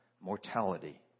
mortality